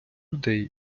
людей